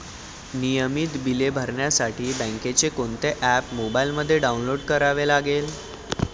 नियमित बिले भरण्यासाठी बँकेचे कोणते ऍप मोबाइलमध्ये डाऊनलोड करावे लागेल?